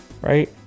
right